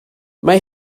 mae